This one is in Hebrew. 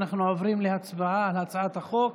אנחנו עוברים להצבעה על הצעת חוק